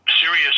serious